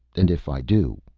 and if i do,